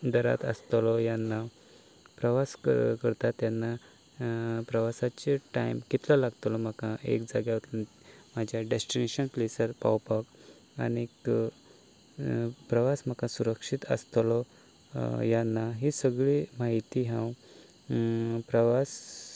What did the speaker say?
दरांत आसतलो ना प्रवास करता तेन्ना प्रवासाचे टायम कितलो लागतलो म्हाका एक जाग्यार म्हाज्या डेस्टीनेशन प्लेसार पावपाक आनी प्रवास म्हाका सुरक्षीत आसतलो वा ना ही सगळी म्हायती हांव प्रवास